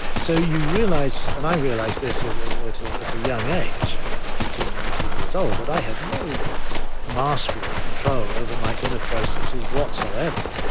so you realize and i realized this at ah at a young age, eighteen, nineteen years old, that i had no mastery or control over my inner processes whatsoever,